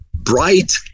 bright